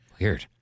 Weird